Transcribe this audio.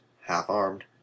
half-armed